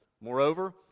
Moreover